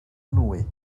nwy